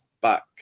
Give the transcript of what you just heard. back